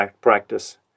practice